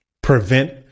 prevent